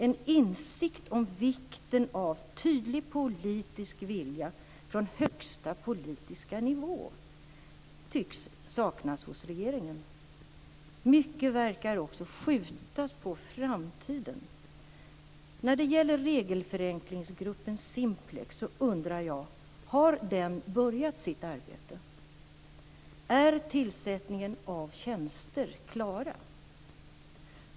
En insikt om vikten av tydlig politisk vilja från högsta politiska nivå tycks saknas hos regeringen. Mycket verkar också skjutas på framtiden. När det gäller regelförenklingsgruppen Simplex undrar jag: Har den börjat sitt arbete? Är tillsättningen av tjänster klar?